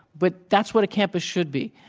but that's what a campus should be.